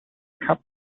cups